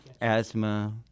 asthma